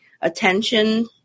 attention